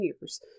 years